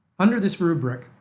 under this rubric,